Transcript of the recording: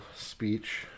speech